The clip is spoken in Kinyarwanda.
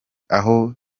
aho